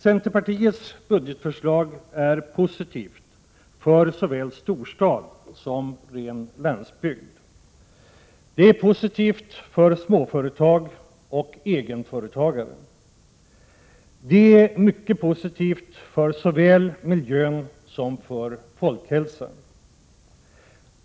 Centerpartiets budgetförslag är positivt för såväl storstad som för ren landsbygd. Det är positivt för småföretag och egenföretagare. Det är mycket positivt såväl för miljön som för folkhälsan.